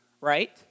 right